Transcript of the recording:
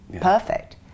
perfect